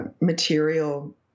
material